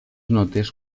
notes